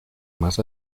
más